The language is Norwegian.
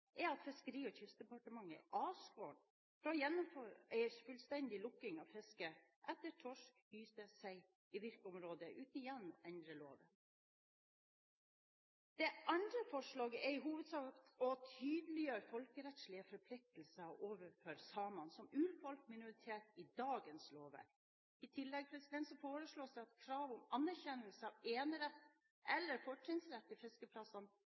er at Fiskeri- og kystdepartementet er avskåret fra å gjennomføre en fullstendig lukking av fiske etter torsk, hyse og sei i virkeområdet uten igjen å endre loven. De andre forslagene går i hovedsak på en tydeliggjøring av folkerettslige forpliktelser overfor samene som urfolk og minoritet i dagens lovverk. I tillegg foreslås det at krav om anerkjennelse av enerett eller fortrinnsrett til fiskeplassene